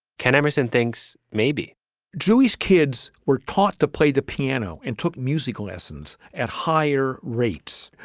ken emmerson thinks maybe jewish kids were taught to play the piano and took musical lessons at higher rates.